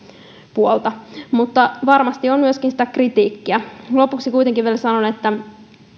puolta mutta varmasti on myöskin kritiikkiä lopuksi kuitenkin vielä sanon että